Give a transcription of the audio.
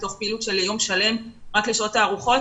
מתוך פעילות של יום שלם, רק לשעות הארוחות.